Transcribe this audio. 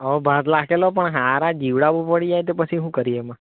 હવ ભાત રાખેલો પણ હારા જીવડા બહુ પડી જાય તો પછી શું કરીએ એમાં